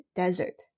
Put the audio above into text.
desert